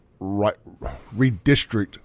redistrict